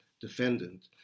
defendant